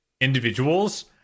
individuals